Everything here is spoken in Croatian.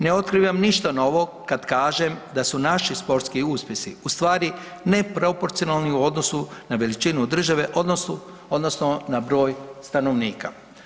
Ne otkrivam ništa novo kad kažem da su naši sportski uspjesi u stvari neproporcionalni u odnosu na veličinu države odnosno na broj stanovnika.